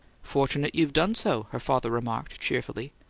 fortunate you've done so, her father remarked, cheerfully.